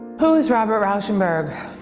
who's robert rauschenberg?